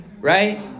Right